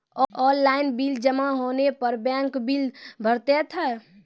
Online bill जमा होने पर बैंक बिल पड़तैत हैं?